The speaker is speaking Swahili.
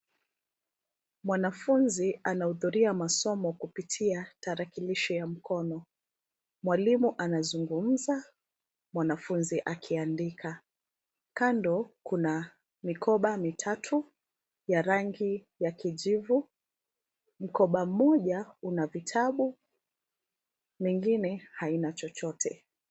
Mwanafunzi anahudhuria masomo kupitia tarakilishi ya mkono. Mwalimu anazungumza wanafunzi akiandika. Kando kuna mikoba mitatu ya rangi ya kijivu. Mkoba mmoja una vitabu mwingine haina chochote.